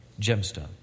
gemstone